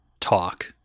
talk